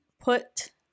put